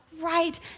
right